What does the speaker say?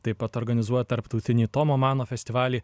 taip pat organizuojat tarptautinį tomo mano festivalį